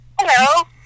Hello